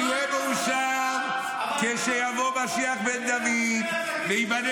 אני אהיה מאושר כשיבוא משיח בן דוד וייבנה